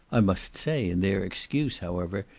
i must say in their excuse, however,